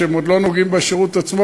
שהם עוד לא נוגעים בשירות עצמו,